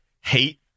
hate